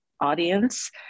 audience